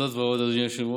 זאת ועוד, אדוני היושב-ראש: